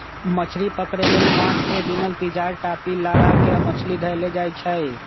मछरी पकरे लेल बांस से बिनल तिजार, टापि, लगा क मछरी धयले जाइ छइ